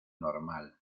normal